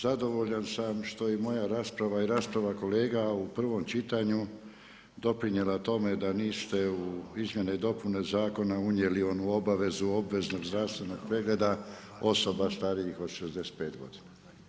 Zadovoljan sam što je i moja rasprava i rasprava kolega u prvom čitanju doprinijela tome da niste u izmjene i dopune zakona unijeli onu obavezu obaveznog zdravstvenog pregleda osoba starijih od 65 godina.